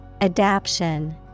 Adaption